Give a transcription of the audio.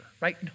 right